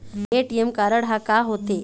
ATM card हा का होते?